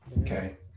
Okay